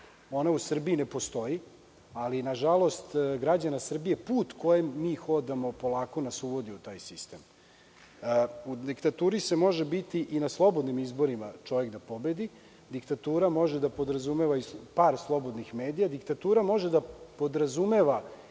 Ona u Srbiji ne postoji, ali nažalost građana Srbije, put kojim mi hodamo polako nas uvodi u taj sistem. U diktaturi može biti i na slobodnim izborima da čovek pobedi. Diktatura može da podrazumeva i par slobodnih medija. Diktatura može da podrazumeva